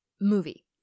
movie